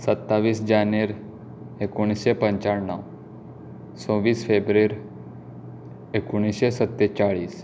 सत्तावीस जानेर एकोणिशे पंचाण्णव सव्वीस फेब्रेर एकुणशे सत्तेचाळीस